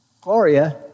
Gloria